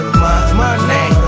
money